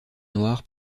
noir